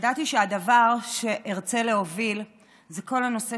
ידעתי שהדבר שארצה להוביל זה כל הנושא